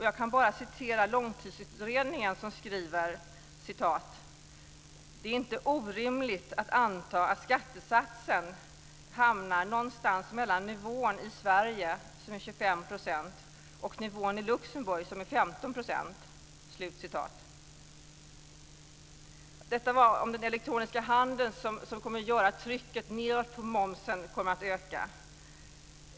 Jag kan bara återge vad Långtidsutredningen skriver, nämligen att det inte är orimligt att anta att skattesatsen hamnar någonstans mellan nivån i Sverige, som är 25 %, och nivån i Luxemburg, som är 15 %. Detta om den elektroniska handeln, som kommer att göra att trycket nedåt på momsen kommer att öka.